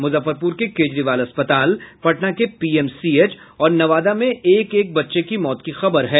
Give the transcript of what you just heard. मुजफ्फरपुर के केजरीवाल अस्पताल पटना के पीएमसीएच और नवादा में एक एक बच्चे की मौत की खबर है